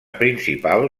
principal